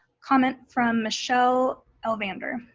comment from michele elvander.